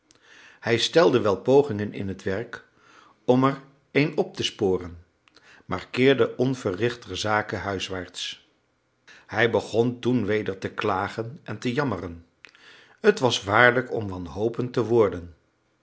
hij stelde wel pogingen in het werk om er een op te sporen maar keerde onverrichterzake huiswaarts hij begon toen weder te klagen en te jammeren t was waarlijk om wanhopend te worden